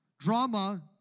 Drama